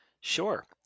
Sure